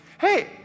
Hey